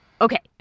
Okay